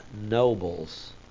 nobles